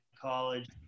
college